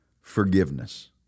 forgiveness